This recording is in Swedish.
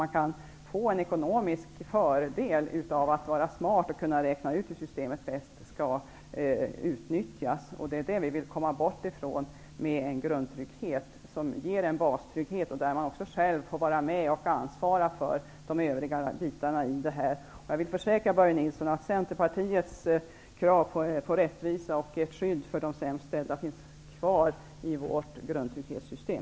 Man skall inte få en ekonomisk fördel av att vara smart och kunna räkna ut hur systemet bäst skall utnyttjas. Det är det vi vill komma bort ifrån med ett grundtrygghetssystem som ger en bastrygghet. Man får där också själv vara med att ansvara för de övriga delarna i detta. Jag vill försäkra Börje Nilsson att Centerpartiets krav på rättvisa och ett skydd för de sämst ställda finns kvar i vårt grundtrygghetssystem.